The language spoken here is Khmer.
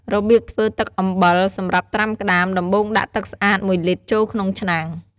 របៀបធ្វើទឹកអំបិលសម្រាប់ត្រាំក្ដាម ដំបូងដាក់ទឹកស្អាត ១ លីត្រ ចូលក្នុងឆ្នាំង។